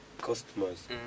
customers